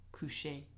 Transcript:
coucher